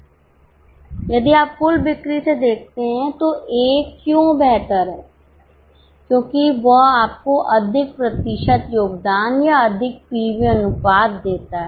यदि आप कुल बिक्री से देखते हैं कि ए क्यों बेहतर है क्योंकि यह आपको अधिक प्रतिशत योगदान या अधिक पीवी अनुपात देता है